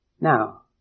Now